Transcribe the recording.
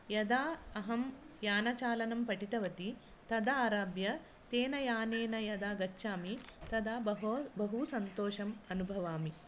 यदा अहं यानचालनं पठितवती तदा आरभ्य तेन यानेन यदा गच्छामि तदा बहा बहु सन्तोषम् अनुभवामि